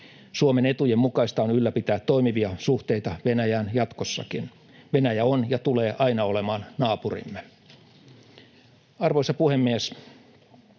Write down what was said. Suomen etujen mukaista on ylläpitää toimivia suhteita Venäjään jatkossakin. Venäjä on ja tulee aina olemaan naapurimme. Arvoisa puhemies!